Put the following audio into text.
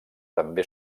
també